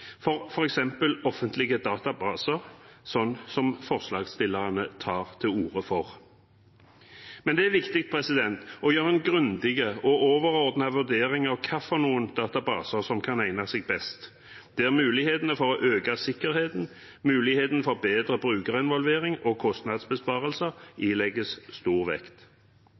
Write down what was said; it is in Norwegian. f.eks. for offentlige databaser, som forslagstillerne tar til orde for. Men det er viktig å gjøre en grundig og overordnet vurdering av hvilke databaser som kan egne seg best, der muligheten for å øke sikkerheten, muligheten for bedre brukerinvolvering og muligheten for kostnadsbesparelser tillegges stor vekt.